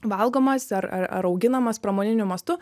valgomas ar ar ar auginamas pramoniniu mastu